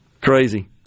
Crazy